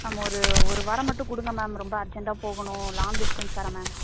ma'am ஒரு ஒரு வாரம் மட்டும் கொடுங்க மேம் ரொம்ப அர்ஜென்ட்டாக போகணும் லாங் டிஸ்டன்ஸ் வேறு மேம்